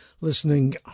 listening